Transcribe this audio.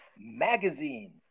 magazines